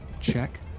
check